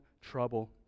trouble